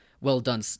well-done